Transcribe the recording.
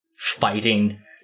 fighting